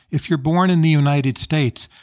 if you're born in the united states,